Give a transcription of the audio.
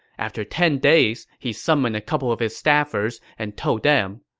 after ten days, he summoned a couple of his staffers and told them,